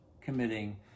committing